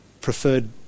preferred